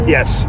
Yes